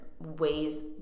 ways